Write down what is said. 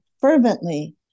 fervently